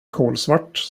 kolsvart